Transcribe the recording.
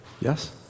Yes